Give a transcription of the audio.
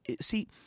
See